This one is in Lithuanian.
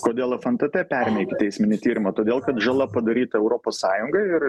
kodėl fntt perėmė ikiteisminį tyrimą todėl kad žala padaryta europos sąjungoj ir